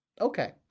Okay